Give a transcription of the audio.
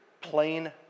plain